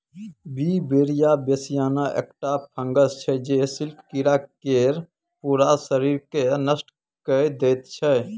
Beauveria बेसियाना एकटा fungus छै जे सिल्क कीरा केर पुरा शरीरकेँ नष्ट कए दैत छै